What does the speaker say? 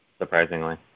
Surprisingly